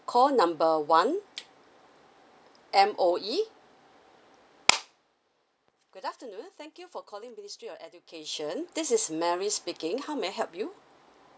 call number one M_O_E good afternoon thank you for calling ministry of education this is Mary speaking how may I help you